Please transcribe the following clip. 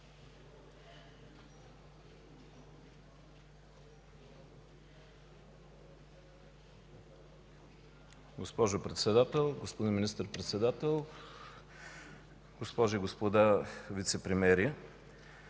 Госпожо председател, господин мистър-председател, госпожи и господа вицепремиери!